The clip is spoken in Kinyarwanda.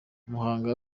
muhanga